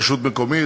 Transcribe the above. רשות מקומית,